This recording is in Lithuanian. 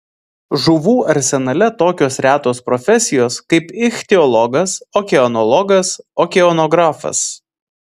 žuvų arsenale tokios retos profesijos kaip ichtiologas okeanologas okeanografas